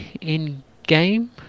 in-game